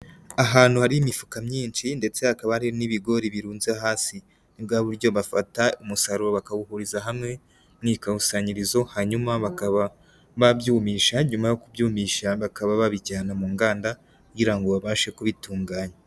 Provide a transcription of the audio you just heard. Ahantu hari imifuka myinshi ndetse hakaba hari n'ibigori birunze hasi, ni bwa buryo bafata umusaruro bakawuhuriza hamwe mu ikusanyirizo hanyuma bakaba babyumisha nyuma yo kubyumisha bakaba babijyana mu nganda kugira ngo babashe kubitunganya.